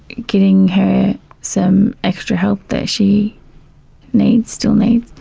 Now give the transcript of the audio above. giving her some extra help that she needs, still needs.